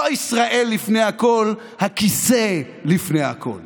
לא ישראל לפני הכול, הכיסא לפני הכול.